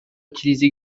utilisent